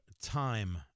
time